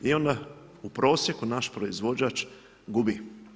I onda u prosjeku naš proizvođač gubi.